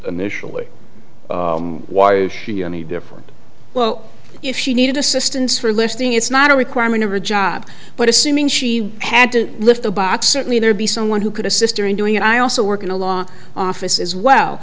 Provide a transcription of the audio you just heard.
initially was a different well if she needed assistance for listing it's not a requirement of her job but assuming she had to lift the box certainly there be someone who could assist her in doing it i also work in a law office as well